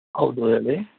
ಹೌದು ಹೇಳಿ